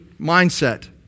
mindset